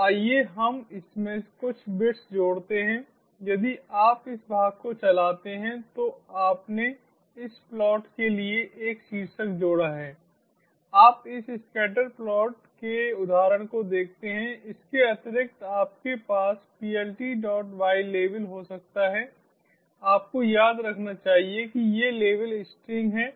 तो आइए हम इसमें कुछ बिट्स जोड़ते हैं यदि आप इस भाग को चलाते हैं तो आपने इस प्लॉट के लिए एक शीर्षक जोड़ा है आप इस स्कैटर प्लॉट के उदाहरण को देखते हैं इसके अतिरिक्त आपके पास pltylabel हो सकता है आपको याद रखना चाहिए कि ये लेबल स्ट्रिंग हैं